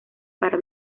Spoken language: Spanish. para